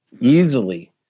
easily